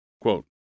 Quote